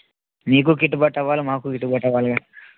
మీకు గిట్టుబాటు అవ్వాలి మాకు గిట్టు బాటు అవ్వాలిగా